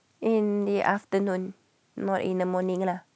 in the afternoon not in the morning lah